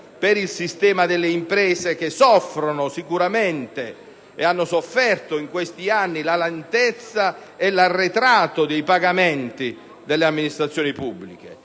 per il sistema delle imprese che sicuramente soffrono ed hanno sofferto in questi anni la lentezza e l'arretrato dei pagamenti da parte delle amministrazioni pubbliche.